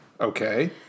Okay